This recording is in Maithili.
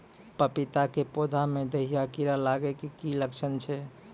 पपीता के पौधा मे दहिया कीड़ा लागे के की लक्छण छै?